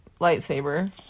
lightsaber